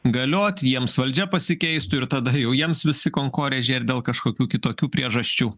galioti jiems valdžia pasikeistų ir tada jau jiems visi konkorėžiai ar dėl kažkokių kitokių priežasčių